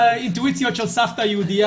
לך,